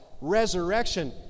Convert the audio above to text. resurrection